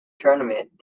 tournament